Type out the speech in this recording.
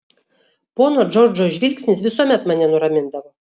pono džordžo žvilgsnis visuomet mane nuramindavo